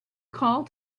called